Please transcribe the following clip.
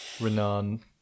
Renan